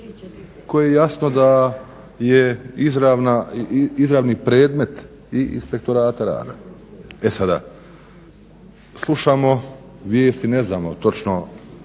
koji jasno da je izravni predmet i Inspektorata rada. E sada, slušamo vijesti, ne znamo točno,